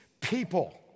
people